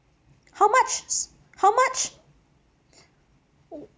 how much how much